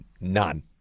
None